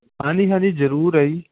ਹਾਂਜੀ ਹਾਂਜੀ ਜਰੂਰ ਹੈ ਜੀ